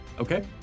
Okay